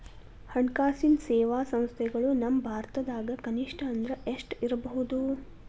ಹಣ್ಕಾಸಿನ್ ಸೇವಾ ಸಂಸ್ಥೆಗಳು ನಮ್ಮ ಭಾರತದಾಗ ಕನಿಷ್ಠ ಅಂದ್ರ ಎಷ್ಟ್ ಇರ್ಬಹುದು?